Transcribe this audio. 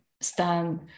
stand